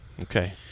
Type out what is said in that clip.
Okay